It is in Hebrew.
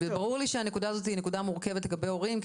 ברור לי שהנקודה הזאת היא נקודה מורכבת לגבי הורים,